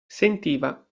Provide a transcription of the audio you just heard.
sentiva